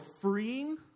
freeing